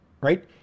right